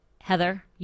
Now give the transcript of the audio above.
Heather